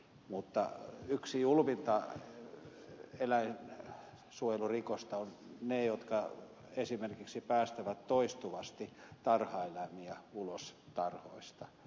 mutta yhden julmimman eläinsuojelurikoksen tekevät ne jotka esimerkiksi päästävät toistuvasti tarhaeläimiä ulos tarhoista